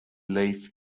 leaf